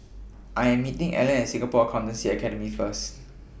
I Am meeting Allen At Singapore Accountancy Academy First